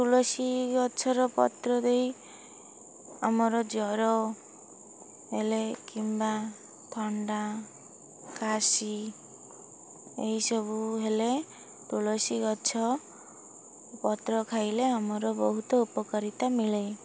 ତୁଳସୀ ଗଛର ପତ୍ର ଦେଇ ଆମର ଜ୍ୱର ହେଲେ କିମ୍ବା ଥଣ୍ଡା କାଶ ଏହିସବୁ ହେଲେ ତୁଳସୀ ଗଛ ପତ୍ର ଖାଇଲେ ଆମର ବହୁତ ଉପକାରିତା ମିଳେ